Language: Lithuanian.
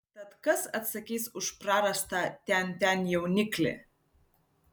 tad kas atsakys už prarastą tian tian jauniklį